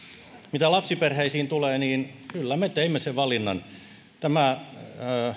mitä lapsiperheisiin tulee niin kyllä me teimme sen valinnan tämä